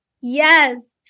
yes